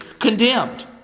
condemned